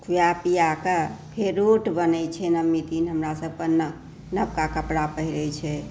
खिआ पिआ कऽ फेर रोट बनै छै नओमी दिन हमरा सभके नवका कपड़ा पहिरै छै